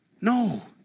no